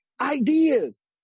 ideas